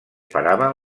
paraven